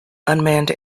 unmanned